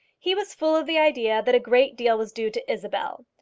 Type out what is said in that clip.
he was full of the idea that a great deal was due to isabel.